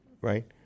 right